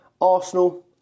Arsenal